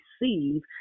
receive